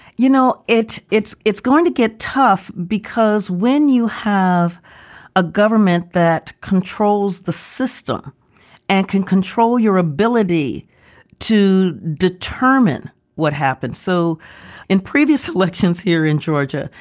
you know, it it's it's going to get tough, because when you have a government that controls the system and can control your ability to determine what happened so in previous elections here in georgia,